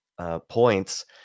points